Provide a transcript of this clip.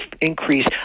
increase